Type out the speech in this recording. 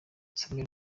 samuel